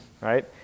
right